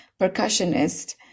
percussionist